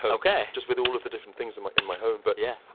ok. just with all of the different things in my in my home. but. yeah.